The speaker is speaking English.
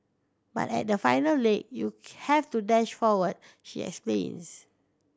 but at the final leg you have to dash forward she